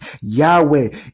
Yahweh